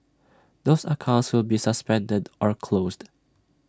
those accounts will be suspended or closed